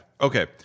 Okay